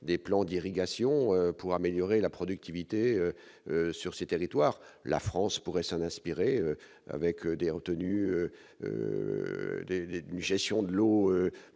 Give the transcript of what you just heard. des plans d'irrigation pour améliorer la productivité sur ces territoires, la France pourrait s'en inspirer, avec des retenues nous, gestion de l'eau